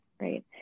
Right